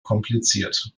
kompliziert